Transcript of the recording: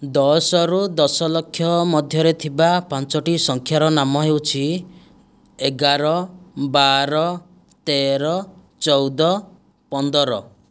ଦଶରୁ ଦଶଲକ୍ଷ ମଧ୍ୟରେ ଥିବା ପାଞ୍ଚଟି ସଂଖ୍ୟାର ନାମ ହେଉଛି ଏଗାର ବାର ତେର ଚଉଦ ପନ୍ଦର